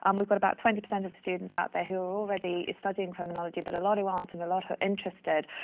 um we've got about twenty percent of the students out there who already studying criminology, but a lot who aren't and a lot who are interested.